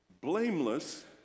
blameless